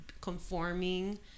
conforming